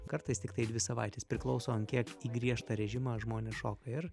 kartais tiktai į dvi savaites priklauso ant kiek į griežtą režimą žmonės šoka ir